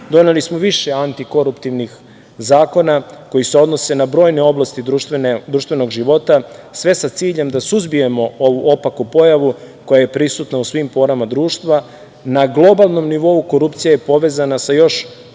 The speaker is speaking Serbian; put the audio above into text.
Doneli smo više antikoruptivnih zakona koji se odnose na brojne oblasti društvenog života, sve sa ciljem da suzbijemo ovu opaku pojavu koja je prisutna u svim porama društva. Na globalnom nivou korupcija je povezana sa još